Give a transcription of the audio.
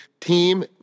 Team